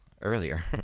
earlier